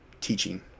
teaching